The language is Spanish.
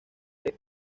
este